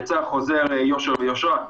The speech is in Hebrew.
יצא חוזר יושר ויושרה,